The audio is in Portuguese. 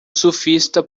surfista